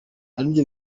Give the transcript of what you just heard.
aribyo